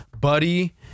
Buddy